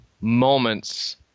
moments